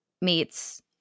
meets